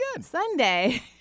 Sunday